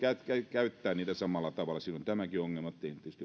käyttää tekniikkaa samalla tavalla siinä on tämäkin ongelma vaikka siihen tietysti